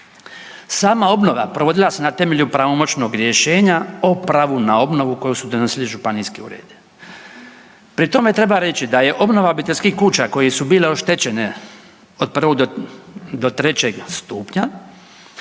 Sama obnova provodila se na temelju pravomoćnog rješenja o pravu na obnovu koju su donosili županijski uredi. Pri tome treba reći da je obnova obiteljskih kuća koje su bile oštećene od 1. do 3. stupnja